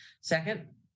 Second